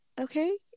okay